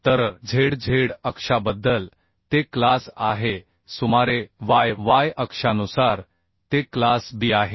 तर zz अक्षाबद्दल ते क्लास Aआहे सुमारे yyअक्षानुसार ते क्लास B आहे